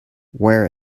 wear